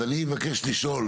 אז אני אבקש לשאול,